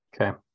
Okay